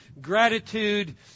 gratitude